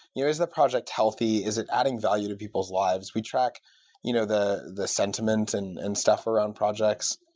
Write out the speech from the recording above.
yeah is the project healthy? is it adding value to people's lives? we track you know the the sentiment and and stuff around projects.